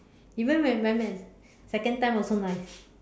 even when we went back second time also nice